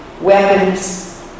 weapons